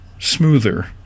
smoother